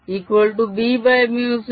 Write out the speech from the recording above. H